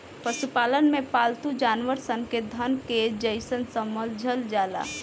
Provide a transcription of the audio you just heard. पशुपालन में पालतू जानवर सन के धन के जइसन समझल जाला